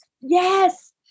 yes